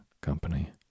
company